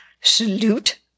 salute